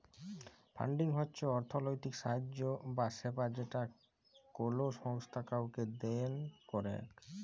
funding হচ্ছ অর্থলৈতিক সাহায্য বা সেবা যেটা কোলো সংস্থা কাওকে দেন করেক